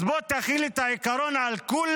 אז בוא תחיל את העיקרון על כולם,